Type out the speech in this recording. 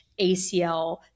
ACL